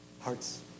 hearts